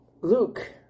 Luke